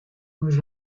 muy